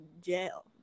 jail